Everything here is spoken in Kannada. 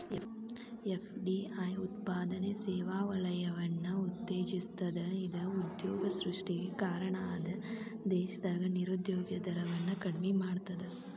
ಎಫ್.ಡಿ.ಐ ಉತ್ಪಾದನೆ ಸೇವಾ ವಲಯವನ್ನ ಉತ್ತೇಜಿಸ್ತದ ಇದ ಉದ್ಯೋಗ ಸೃಷ್ಟಿಗೆ ಕಾರಣ ಅದ ದೇಶದಾಗ ನಿರುದ್ಯೋಗ ದರವನ್ನ ಕಡಿಮಿ ಮಾಡ್ತದ